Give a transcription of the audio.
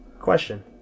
question